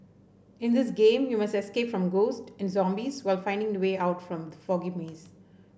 in this game you must escape from ghosts and zombies while finding the way out from the foggy maze